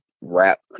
Rap